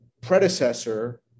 predecessor